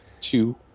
two